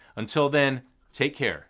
until then take care!